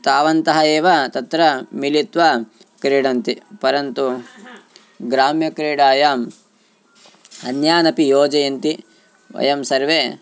तावन्तः एव तत्र मिलित्वा क्रीडन्ति परन्तु ग्राम्यक्रीडायाम् अन्यान् अपि योजयन्ति वयं सर्वे